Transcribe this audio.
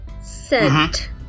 scent